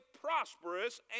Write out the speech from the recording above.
prosperous